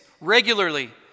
regularly